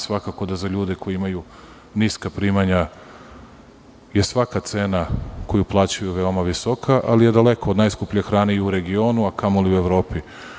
Svakako da je za ljude koji imaju niska primanja svaka cena koju plaćaju veoma visoka, ali je daleko od najskuplje hrane i u regionu, a kamoli u Evropi.